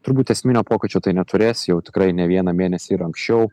turbūt esminio pokyčio tai neturės jau tikrai ne vieną mėnesį ir anksčiau